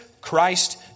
Christ